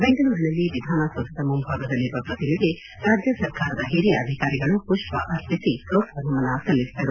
ಬೆಂಗಳೂರಿನಲ್ಲಿ ವಿಧಾನ ಸೌಧದ ಮುಂಬಾಗದಲ್ಲಿರುವ ಪ್ರತಿಮೆಗೆ ರಾಜ್ಯ ಸರ್ಕಾರದ ಹಿರಿಯ ಅಧಿಕಾರಿಗಳು ಪುಷ್ಪ ಅರ್ಪಿಸಿ ಗೌರವ ನಮನ ಸಲ್ಲಿಸಿದರು